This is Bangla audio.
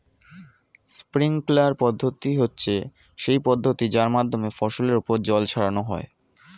স্প্রিঙ্কলার পদ্ধতি হচ্ছে সেই পদ্ধতি যার মাধ্যমে ফসলের ওপর জল ছড়ানো হয়